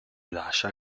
lascia